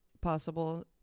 possible